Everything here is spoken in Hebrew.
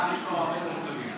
רב יש לו הרבה דברים טובים.